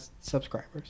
subscribers